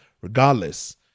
regardless